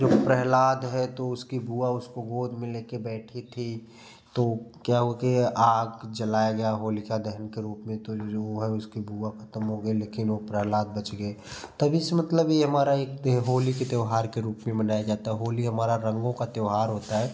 जो प्रह्लाद है तो उसकी बुआ उसको गोद में लेके बैठी थी तो क्या हो गया आग जलाया गया होलिका में दहन के रूप में तो जो है उसकी बुआ खत्म हो गई लेकिन वो प्रह्लाद बच गए तभी से मतलब ये हमारा एक होली होली के त्योहार के त्योहार के रूप में मनाया जाता है होली हमारा रंगों का त्योहार होता है